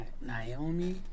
Naomi